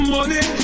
Money